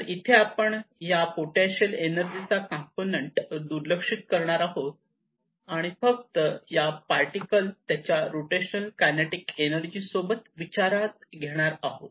तर इथे आपण हा पोटेन्शिअल एनर्जी चा कॉम्पोनन्ट दुर्लक्षित करणार आहोत आणि फक्त हा पार्टिकल त्याच्या रोटेशनल कायनेटिक एनर्जी सोबत विचारात घेणार आहोत